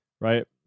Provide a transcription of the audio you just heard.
right